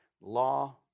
law